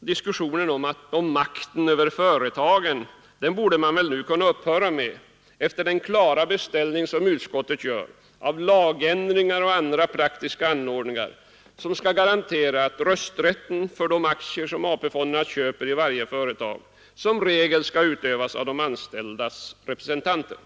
diskussionen om ”makten över företagen” borde väl kunna upphöra nu efter den klara beställning utskottet gör av lagändring och andra praktiska anordningar, som skall garantera att rösträtten för de aktier som AP-fonderna köper i varje företag som regel skall utövas av de anställdas representanter.